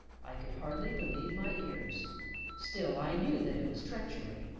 i could hardly believe my ears still i knew that it was treachery,